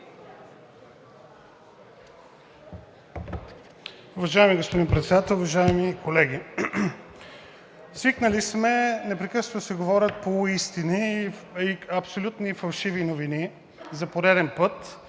Уважаеми господин Председател, уважаеми колеги! Свикнали сме непрекъснато да се говорят полуистини и абсолютно фалшиви новини за пореден път.